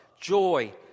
joy